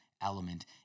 element